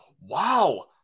wow